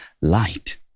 light